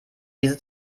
diese